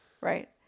Right